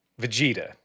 Vegeta